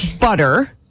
Butter